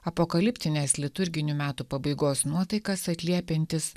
apokaliptines liturginių metų pabaigos nuotaikas atliepiantis